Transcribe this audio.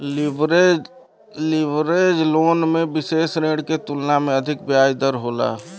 leverage loan में विसेष ऋण के तुलना में अधिक ब्याज दर होला